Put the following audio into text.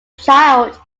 child